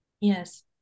yes